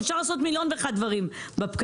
אפשר לעשות מיליון ואחד דברים בפקקים.